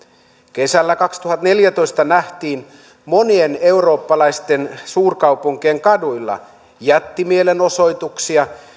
kesällä kaksituhattaneljätoista nähtiin monien eurooppalaisten suurkaupunkien kaduilla jättimielenosoituksia